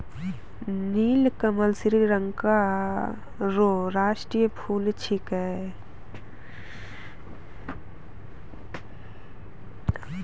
नीलकमल श्रीलंका रो राष्ट्रीय फूल छिकै